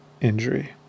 injury